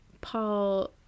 Paul